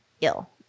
ill